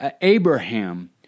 Abraham